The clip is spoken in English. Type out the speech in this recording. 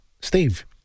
steve